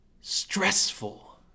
stressful